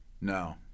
No